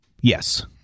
Yes